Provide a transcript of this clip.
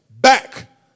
back